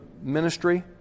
ministry